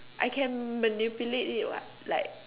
I can manipulate it [what] like